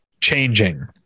changing